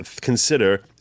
consider